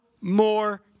more